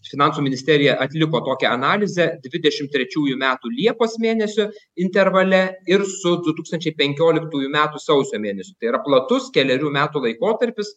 finansų ministerija atliko tokią analizę dvidešim trečiųjų metų liepos mėnesio intervale ir su du tūkstančiai penkioliktųjų metų sausio mėnesiu tai yra platus kelerių metų laikotarpis